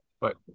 but-